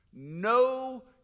No